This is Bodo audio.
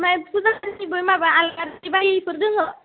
आमफाय फुजाफोरनिबो माबा आलारि बाथिफोर दोङो